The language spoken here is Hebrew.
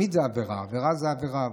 תמיד זאת עבירה ועבירה זו עבירה,